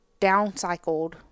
downcycled